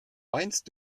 weinst